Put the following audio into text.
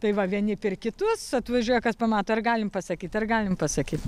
tai va vieni per kitus atvažiuoja kas pamato ar galim pasakyt ar galim pasakyt